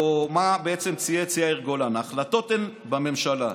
או מה בעצם צייץ יאיר גולן: "ההחלטות הן בממשלה,